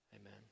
Amen